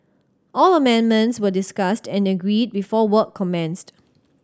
all amendments were discussed and agreed before work commenced